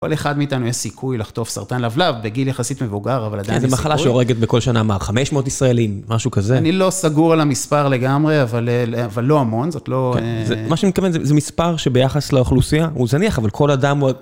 לכל אחד מאיתנו יש סיכוי לחטוף סרטן לבלב בגיל יחסית מבוגר, אבל עדיין יש סיכוי. כן, זו מחלה שהורגת בכל שנה מה, 500 ישראלים, משהו כזה. אני לא סגור על המספר לגמרי, אבל לא המון, זאת לא... מה שאני מתכוון זה מספר שביחס לאוכלוסייה, הוא זניח, אבל כל אדם...